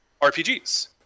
RPGs